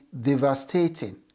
devastating